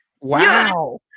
Wow